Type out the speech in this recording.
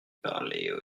parler